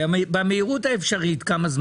כמה זמן זה במהירות האפשרית?